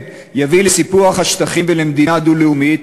יביא לסיפוח השטחים ולמדינה דו-לאומית,